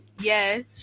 Yes